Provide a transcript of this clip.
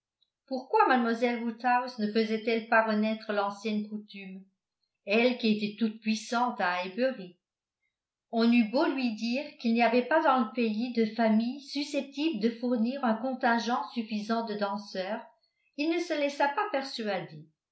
pourquoi mlle woodhouse ne faisait-elle pas renaître l'ancienne coutume elle qui était toute puissante à highbury on eut beau lui dire qu'il n'y avait pas dans le pays de familles susceptibles de fournir un contingent suffisant de danseurs il ne se laissa pas persuader